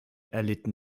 erlitten